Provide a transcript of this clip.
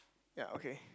ya okay